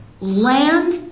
Land